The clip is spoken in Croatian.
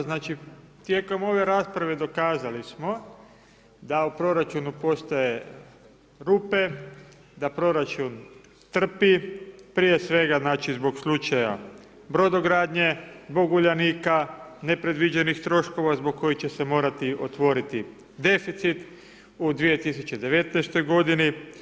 Znači, tijekom ove rasprave dokazali smo da u proračunu postoje rupe, da proračun trpi, prije svega, znači, zbog slučaja Brodogradnje, zbog Uljanika, nepredviđenih troškova zbog kojih će se morati otvoriti deficit u 2019.-toj godini.